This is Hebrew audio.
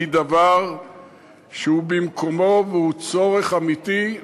היא דבר שהוא במקומו והוא צורך אמיתי,